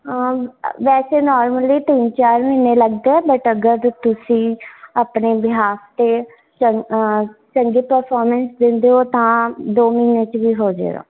ਵੈਸੇ ਨੋਰਮਲੀ ਤਿੰਨ ਚਾਰ ਮਹੀਨੇ ਲੱਗਦੇ ਹੈ ਬਟ ਅਗਰ ਤੁਸੀਂ ਆਪਣੇ ਬਿਹਾਫ 'ਤੇ ਚੰ ਚੰਗੀ ਪਰਫੋਮੈਂਨਸ ਦਿੰਦੇ ਹੋ ਤਾਂ ਦੋ ਮਹੀਨੇ 'ਚ ਵੀ ਹੋਜੇਗਾ